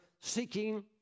seeking